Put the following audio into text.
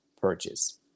purchase